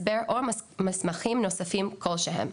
הסבר או מסמכים נוספים כלשהם.